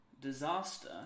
disaster